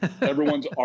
Everyone's